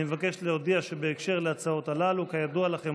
אני מבקש להודיע בהקשר להצעות הללו: כידוע לכם,